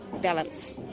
balance